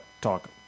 talk